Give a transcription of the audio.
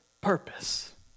purpose